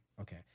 Okay